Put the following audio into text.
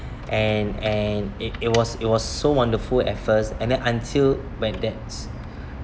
and and it it was it was so wonderful at first and then until when that's